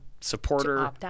supporter